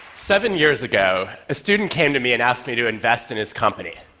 seven years ago, a student came to me and asked me to invest in his company.